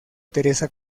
teresa